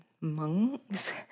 monks